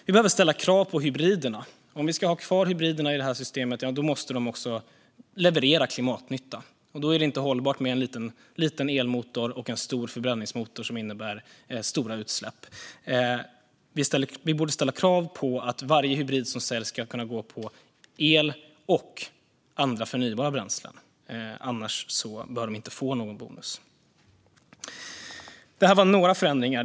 Vi behöver ställa krav på hybriderna. Om vi ska ha kvar hybriderna i systemet måste de också leverera klimatnytta. Då är det inte hållbart med en liten elmotor och en stor förbränningsmotor som innebär stora utsläpp. Vi borde ställa krav på att varje hybrid som säljs ska kunna gå på el och andra förnybara bränslen. Annars bör de inte få någon bonus. Det här var några förändringar.